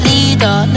Leader